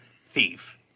thief